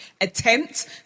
attempt